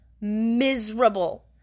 miserable